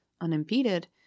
unimpeded